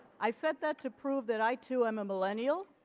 i said that to prove that i too am a millennial